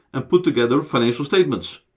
and put together financial statements.